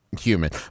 human